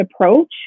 approach